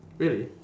really